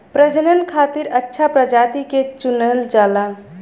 प्रजनन खातिर अच्छा प्रजाति के चुनल जाला